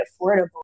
affordable